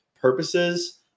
purposes